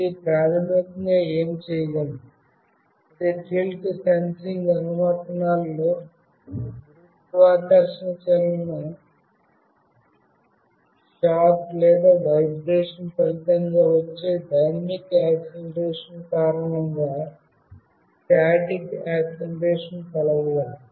ఇది ప్రాథమికంగా ఏమి చేయగలదు అది టిల్ట్ సెన్సింగ్ అనువర్తనాలలో గురుత్వాకర్షణ మరియు చలన షాక్ లేదా వైబ్రేషన్ ఫలితంగా వచ్చే డైనమిక్ యాక్సిలెరోషన్ కారణంగా స్టాటిక్ యాక్సిలెరోషన్ కొలవగలదు